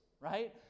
right